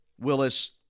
Willis